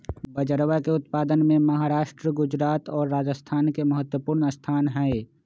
बजरवा के उत्पादन में महाराष्ट्र गुजरात और राजस्थान के महत्वपूर्ण स्थान हई